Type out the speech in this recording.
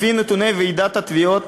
לפי נתוני ועידת התביעות,